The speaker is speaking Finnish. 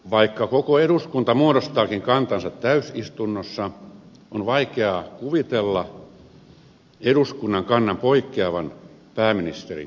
vaikka koko eduskunta muodostaakin kantansa täysistunnossa on vaikeaa kuvitella eduskunnan kannan poikkeavan pääministerin kannasta